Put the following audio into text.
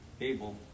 able